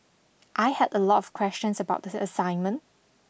I had a lot of questions about the assignment